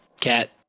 Cat